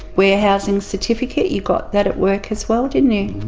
warehousing certificate, you got that at work as well, didn't you?